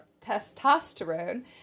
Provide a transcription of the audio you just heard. testosterone